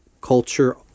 culture